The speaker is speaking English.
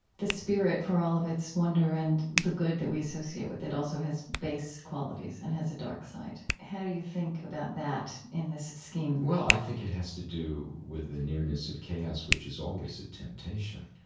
the spirit, for all of its wonder and the good that we associate with it, also has base qualities and has a dark side. how do you think about that in this scheme? well, i think it has to do with the nearness of chaos, which is always a temptation.